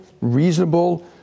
reasonable